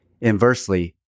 Inversely